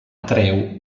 treu